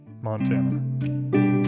Montana